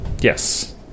Yes